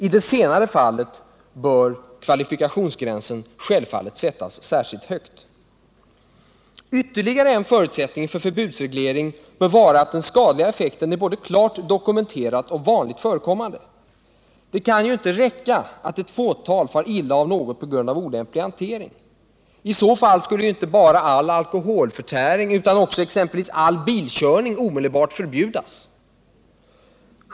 I det senare fallet bör kvalifikationsgränsen självfallet sättas särskilt högt. Ytterligare en förutsättning för förbudsreglering bör vara att den skadliga effekten är både klart dokumenterad och vanligt förekommande. Det kan inte räcka att ett fåtal far illa av något på grund av olämplig hantering. I så fall skulle inte bara all alkoholförtäring utan också exempelvis all bilkörning omedelbart förbjudas.